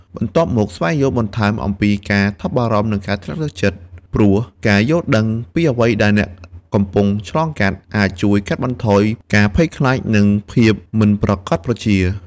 បន្ទាប់មក ស្វែងយល់បន្ថែមអំពីការថប់បារម្ភ និងការធ្លាក់ទឹកចិត្ត ព្រោះការយល់ដឹងពីអ្វីដែលអ្នកកំពុងឆ្លងកាត់ អាចជួយកាត់បន្ថយការភ័យខ្លាច និងភាពមិនប្រាកដប្រជា។